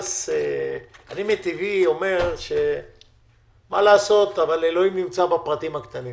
אני אומר שאלוהים נמצא בפרטים הקטנים